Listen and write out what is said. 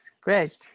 great